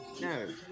No